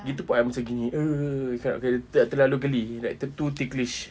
itu pun I macam ini uh cannot can~ terlalu geli like too ticklish